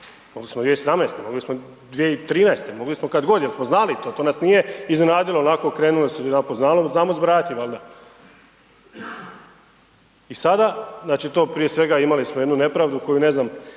Mogli smo 2017., mogli smo 2013., mogli smo kad god jer smo znali to, to nas nije iznenadilo onako krenulo je odjedanput, znamo zbrajati valjda. I sada, znači to prije svega imali smo jednu nepravdu koju ne znam